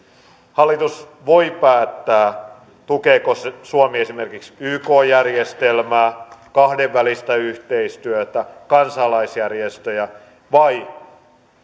hallitus voi päättää tukeeko suomi esimerkiksi yk järjestelmää kahdenvälistä yhteistyötä kansalaisjärjestöjä vai